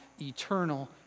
eternal